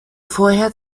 vorher